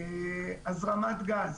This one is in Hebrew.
הזרמת גז.